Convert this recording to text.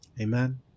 Amen